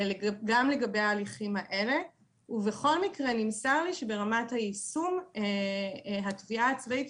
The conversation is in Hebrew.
גם לגבי ההליכים האלה ובכל מקרה נמסר לי שברמת היישום התביעה הצבאית,